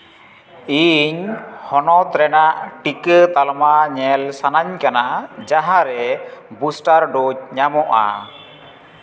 ᱤᱧ ᱦᱚᱱᱚᱛ ᱨᱮᱱᱟᱜ ᱴᱤᱠᱟᱹ ᱛᱟᱞᱢᱟ ᱧᱮᱞ ᱥᱟᱱᱟᱧ ᱠᱟᱱᱟ ᱡᱟᱦᱟᱸ ᱨᱮ ᱵᱩᱥᱴᱟᱨ ᱰᱳᱡᱽ ᱧᱟᱢᱚᱜᱼᱟ